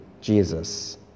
Jesus